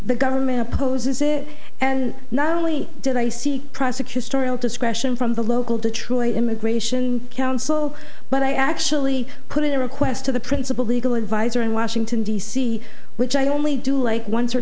the government opposes it and not only did i see prosecutorial discretion from the local detroit immigration council but i actually put in a request to the principal legal advisor in washington d c which i only do like once or